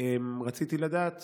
רציתי לדעת